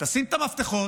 תשים את המפתחות.